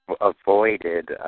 avoided